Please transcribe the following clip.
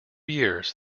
years